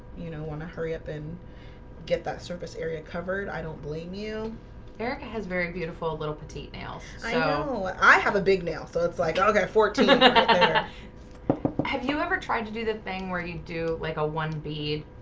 you know want to hurry up and get that surface area covered. i don't blame you erica has very beautiful little petite nails. oh, i have a big nail. so it's like i got a forty mm and and have you ever tried to do the thing where you do like a one bead?